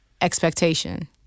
expectation